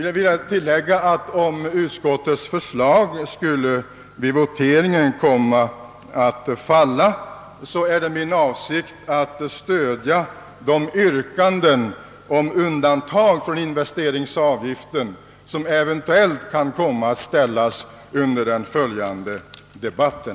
Jag vill tillägga att det, om utskottets förslag skulle falla vid voteringen, är min avsikt att stödja de yrkanden om undantag från investeringsavgiften, som eventuellt kan komma att ställas under den följande debatten.